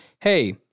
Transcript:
Hey